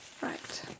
Right